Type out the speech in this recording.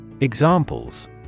Examples